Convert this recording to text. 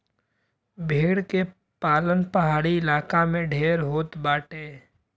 भेड़ के पालन पहाड़ी इलाका में ढेर होत बाटे